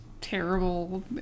Terrible